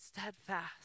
steadfast